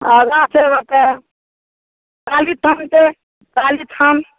आगाँ छै ओतए कालीस्थान छै काली स्थान